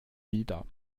wieder